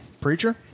Preacher